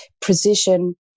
precision